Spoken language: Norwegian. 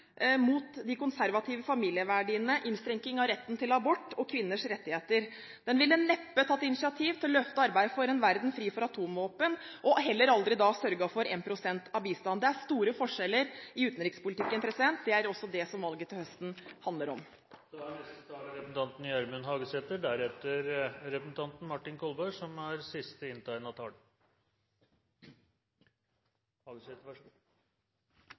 mot de konservative familieverdiene: innskrenking av retten til abort og innskrenking av kvinners rettigheter. Den ville neppe tatt initiativ til å løfte arbeidet for en verden fri for atomvåpen, og da heller aldri sørget for 1 pst. av BNP til bistand. Det er store forskjeller i utenrikspolitikken. Det er også det valget til høsten handler om. Eg synest på mange måtar at denne debatten har utvikla seg til å vere ein tradisjonell debatt. Det er